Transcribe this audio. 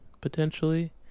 potentially